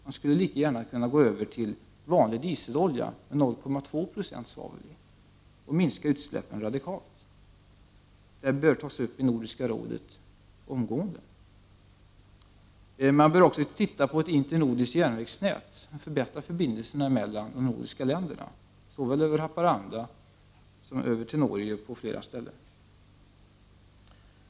Man skulle lika gärna kunna gå över till vanlig dieselolja, med 0,2 96 svavel, och minska utsläppen radikalt. Den frågan bör omgående tas upp i Nordiska rådet. Vi bör även se på frågan om ett internordiskt järnvägsnät för att förbättra förbindelserna mellan de nordiska länderna, såväl över Haparanda som till Norge på flera ställen.